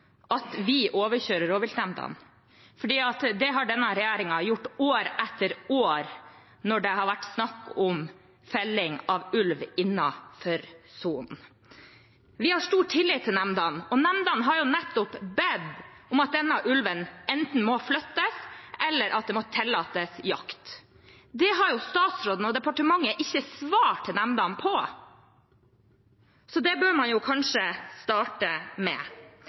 felling av ulv innenfor sonen. Vi har stor tillit til nemndene, og nemndene har jo nettopp bedt om at denne ulven enten må flyttes, eller at det må tillates jakt. Det har statsråden og departementet ikke svart nemndene på. Det bør man kanskje starte med.